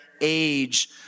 age